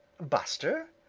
buster,